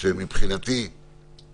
זה יכול לקרות ואז אתה חייב לתת מזור למצב כזה.